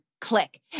Click